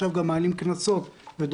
של תקנות שעת חירום (נגיף הקורונה החדש אכיפה)